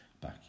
back